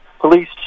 police